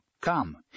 Come